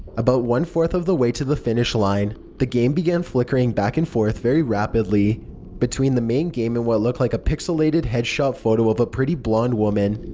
about one fourth of the way to the finish line, the game began flickering back and forth very rapidly between the main game and what looked like a pixelated head shot photo of a pretty blonde woman.